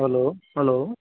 hello hello